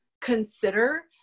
consider